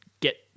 get